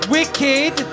Wicked